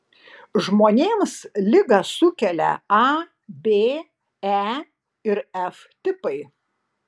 žmonėms ligą sukelia a b e ir f tipai